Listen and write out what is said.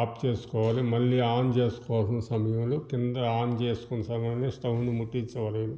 of చేసుకోవాలి మళ్ళీ on చేసుకోవాల్సిన సమయంలో కింద ఆన్ చేసుకొనే సమయంలో స్టవ్ని ముట్టించవలెను